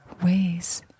ways